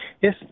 Yes